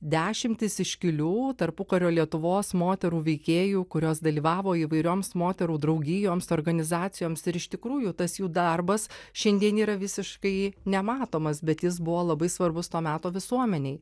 dešimtis iškilių tarpukario lietuvos moterų veikėjų kurios dalyvavo įvairioms moterų draugijoms organizacijoms ir iš tikrųjų tas jų darbas šiandien yra visiškai nematomas bet jis buvo labai svarbus to meto visuomenei